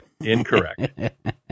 Incorrect